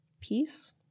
peace